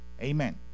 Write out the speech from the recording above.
Amen